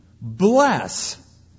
Bless